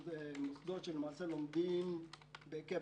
שהם מוסדות שלומדים בהיקף